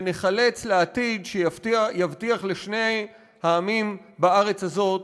וניחלץ לעתיד שיבטיח לשני העמים בארץ הזאת